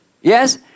Yes